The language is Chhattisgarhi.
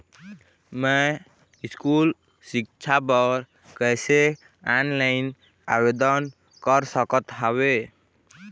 मैं स्कूल सिक्छा बर कैसे ऑनलाइन आवेदन कर सकत हावे?